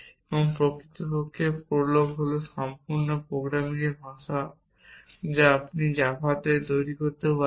এবং প্রকৃতপক্ষে প্রোলগ হল সম্পূর্ণ প্রোগ্রামিং ভাষা যা আপনি জাভাতে করতে পারেন